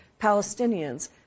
Palestinians